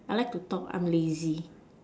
I like to talk I'm lazy